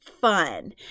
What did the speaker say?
fun